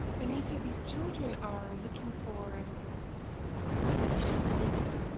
benito, these children are looking for, and why don't you show benito?